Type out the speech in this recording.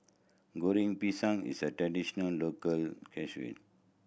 Goreng Pisang is a traditional local